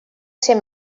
ser